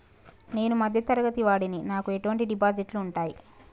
నేను మధ్య తరగతి వాడిని నాకు ఎటువంటి డిపాజిట్లు ఉంటయ్?